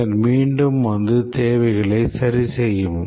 பின்னர் மீண்டும் வந்து தேவைகளை சரிசெய்யவும்